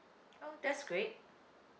oh that's great